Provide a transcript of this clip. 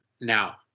Now